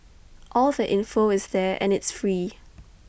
all the info is there and it's free